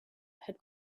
had